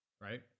right